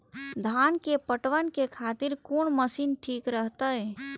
धान के पटवन के खातिर कोन मशीन ठीक रहते?